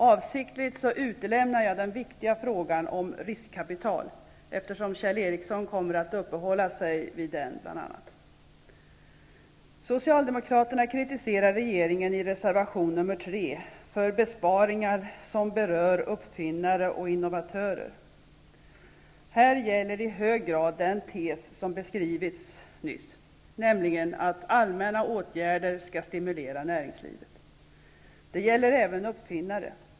Avsiktligt utelämnar jag den viktiga frågan om riskkapital, eftersom Kjell Ericsson bl.a. kommer att uppehålla sig vid den. Socialdemokraterna kritiserar regeringen, i reservation nr 3, för besparingar som berör uppfinnare och innovatörer. Här gäller i hög grad den tes som beskrivits nyss, nämligen att allmänna åtgärder skall stimulera näringslivet. Detta gäller även uppfinnare.